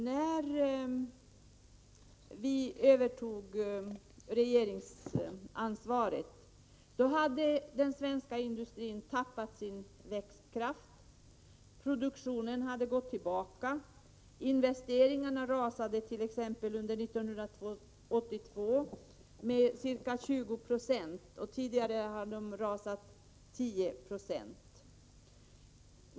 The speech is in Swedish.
När vi övertog regeringsansvaret hade den svenska industrin förlorat sin växtkraft. Produktionen hade gått tillbaka. Investeringarna rasade under t.ex. 1982 med ca 20 26 och tidigare med ca 10 26.